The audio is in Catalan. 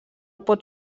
pot